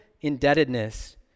indebtedness